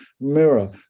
Mirror